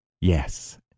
Yes